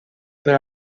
per